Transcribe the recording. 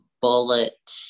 Bullet